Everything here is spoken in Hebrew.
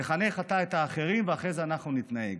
תחנך אתה את האחרים ואחרי זה אנחנו נתנהג,